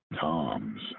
Toms